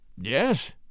Yes